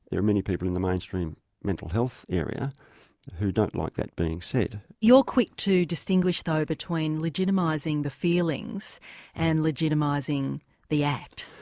there are many people in the mainstream mental health area who don't like that being said. you're quick to distinguish though between legitimising the feelings and legitimising the act.